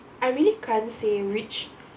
I really can't say which